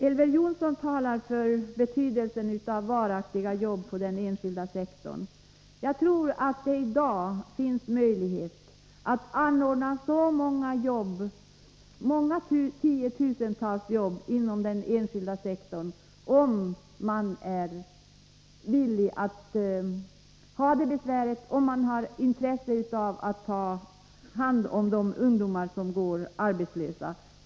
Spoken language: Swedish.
Elver Jonsson talar för betydelsen av varaktiga jobb inom den enskilda sektorn. Jag tror att det i dag finns möjlighet att ordna många tiotusentals jobb inom den enskilda sektorn, om man bara är villig att ha det besväret och har intresse av att ta hand om de ungdomar som går arbetslösa.